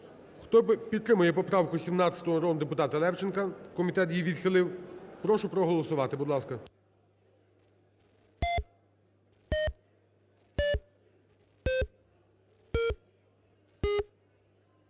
Хто підтримку поправку 17 народного депутата Левченка (комітет її відхилив), прошу проголосувати. Будь ласка.